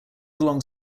along